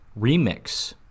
remix